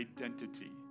identity